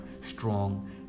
strong